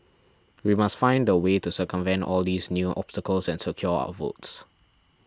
we must find a way to circumvent all these new obstacles and secure our votes